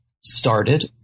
started